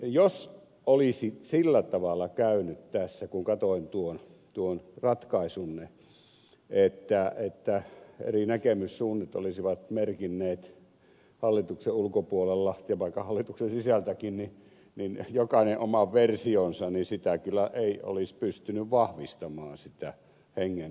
jos olisi sillä tavalla käynyt tässä kun katsoin tuon ratkaisunne että eri näkemyssuunnat olisivat merkinneet hallituksen ulkopuolella ja vaikka hallituksen sisälläkin jokainen oman versionsa niin ei kyllä olisi pystynyt vahvistamaan sitä hengentuotetta